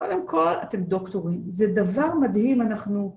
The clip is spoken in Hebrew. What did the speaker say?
קודם כל אתם דוקטורים, זה דבר מדהים אנחנו...